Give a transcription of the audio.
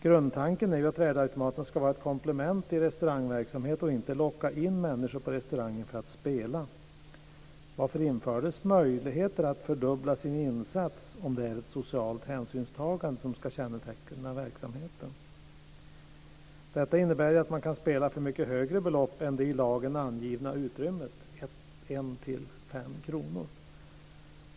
Grundtanken är att värdeautomaterna ska vara ett komplement i restaurangverksamhet och inte locka in människor på restauranger för att spela. Varför infördes möjligheter att fördubbla sin insats om det är ett socialt hänsynstagande som ska känneteckna verksamheten? Detta innebär att man kan spela för mycket högre belopp än det i lagen angivna utrymmet 1-5 kr.